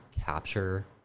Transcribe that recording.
capture